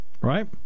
Right